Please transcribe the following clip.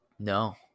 No